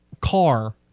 car